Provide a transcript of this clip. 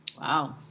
Wow